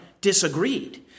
disagreed